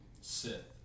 Sith